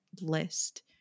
list